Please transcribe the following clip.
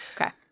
Okay